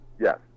yes